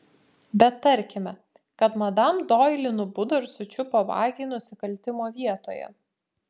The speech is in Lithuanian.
bet tarkime kad madam doili nubudo ir sučiupo vagį nusikaltimo vietoje